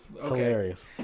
Hilarious